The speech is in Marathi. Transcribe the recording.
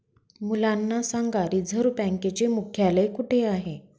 मुलांना सांगा रिझर्व्ह बँकेचे मुख्यालय कुठे आहे